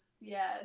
yes